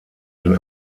den